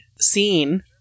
scene